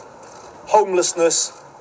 homelessness